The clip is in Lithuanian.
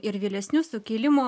ir vėlesnius sukilimo